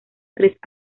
tres